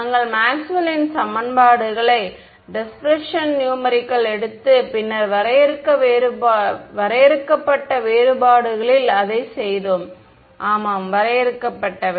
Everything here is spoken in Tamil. நாங்கள் மேக்ஸ்வெல்லின் சமன்பாடுகளை Maxwell's equations டிஸ்பிரஷன் நியூமரிக்கல் எடுத்து பின்னர் வரையறுக்கப்பட்ட வேறுபாடுகளில் அதை செய்தோம் வரையறுக்கப்பட்டவை